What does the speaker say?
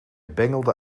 bengelde